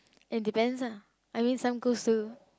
and depends lah I mean some close to